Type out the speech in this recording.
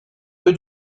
que